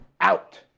Out